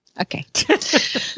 Okay